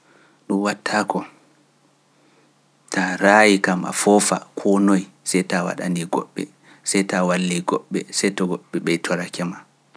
Ɗum wattaako, ta a raayi kam a foofa, koo noye sey to a waɗanii goɓɓe, sey ta a wallii goɓɓe, sey to goɓɓe ɓeytorake ma.